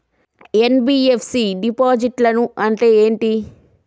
NBFC డిపాజిట్లను అంటే ఏంటి?